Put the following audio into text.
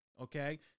okay